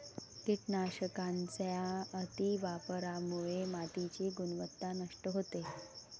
कीटकनाशकांच्या अतिवापरामुळे मातीची गुणवत्ता नष्ट होते